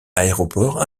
aéroport